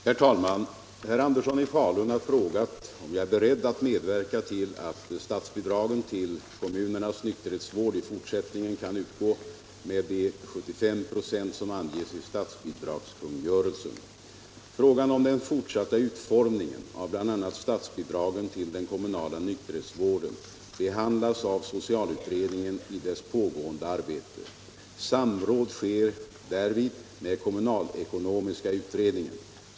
Herr Andersson i Falun har frågat om jag är beredd att medverka till att statsbidragen till kommunernas nykterhetsvård i fortsättningen kan utgå med de 75 96 som anges i statsbidragskungörelsen. Frågan om den fortsatta utformningen av bl.a. statsbidragen till den kommunala nykterhetsvården behandlas av socialutredningen i dess pågående arbete. Samråd sker därvid med kommunalekonomiska utredningen.